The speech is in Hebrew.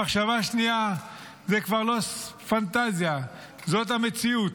במחשבה שנייה זה כבר לא פנטזיה זאת המציאות.